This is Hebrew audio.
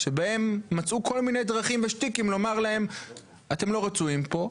שבהן מצאו כל מיני דרכים ושטיקים לומר להם "אתם לא רצויים פה".